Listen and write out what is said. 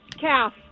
Calf